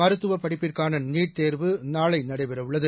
மருத்துவ படிப்புக்கான நீட் தேர்வு நாளை நடைபெறவுள்ளது